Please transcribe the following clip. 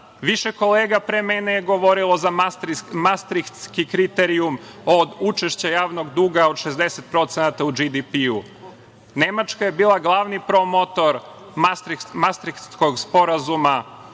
60%.Više kolega pre mene je govorilo za mastrihtski kriterijum od učešća javnog duga od 60% u BDP-u. Nemačka je bila glavni promoter mastrihtskog sporazuma